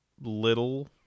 little